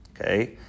Okay